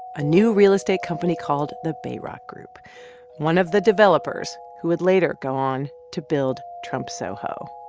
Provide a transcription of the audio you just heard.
a new real estate company called the bayrock group one of the developers who would later go on to build trump soho.